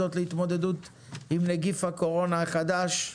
מיוחדות להתמודדות עם נגיף הקורונה החדש.